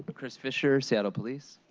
chris fisher, seattle police.